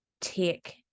take